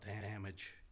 damage